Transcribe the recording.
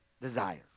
desires